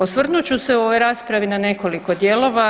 Osvrnut ću se u ovoj raspravi na nekoliko dijelova.